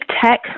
tech